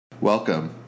Welcome